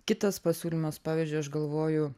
kitas pasiūlymas pavyzdžiui aš galvoju